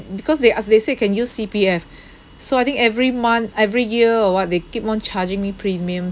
because they ask they say can use C_P_F so I think every month every year or what they keep on charging me premium